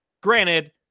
granted